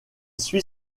suit